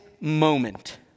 moment